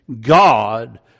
God